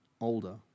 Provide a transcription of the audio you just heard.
older